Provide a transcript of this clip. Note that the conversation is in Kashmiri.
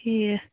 ٹھیٖک